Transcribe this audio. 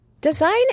Design